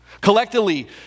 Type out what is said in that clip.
Collectively